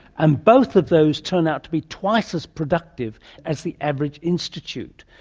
and both of those turn out to be twice as productive as the average institute,